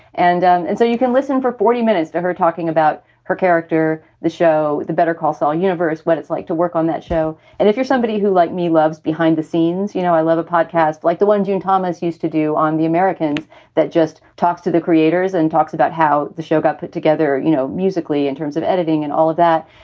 and um and so you can listen for forty minutes to her talking about her character. the show, the better call saul universe, what it's like to work on that show. and if you're somebody who like me, loves behind the scenes, you know, i love a podcast like the one john thomas used to do on the americans that just talks to the creators and talks about how the show got put together, you know, musically in terms of editing and all of that.